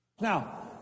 Now